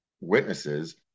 witnesses